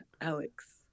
alex